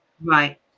Right